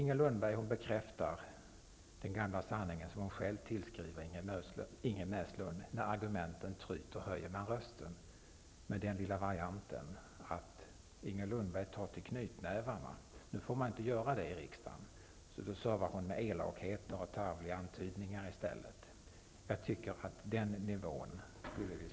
Inger Lundberg bekräftar den gamla sanningen som hon själv tillskriver Ingrid Näslund, nämligen att när argumenten tryter höjer man rösten -- med den lilla varianten att Inger Lundberg tar till knytnävarna. Det får man inte göra i riksdagen, så hon tar till elakheter och tarvliga antydningar i stället. Jag tycker att vi borde slippa debatter på den nivån.